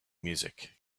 music